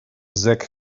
zach